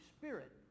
Spirit